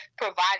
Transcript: provide